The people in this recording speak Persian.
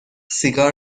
سیگار